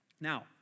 Now